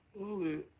well, the